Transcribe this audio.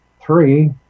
Three